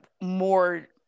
more